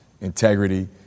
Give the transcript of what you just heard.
integrity